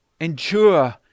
Endure